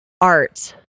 art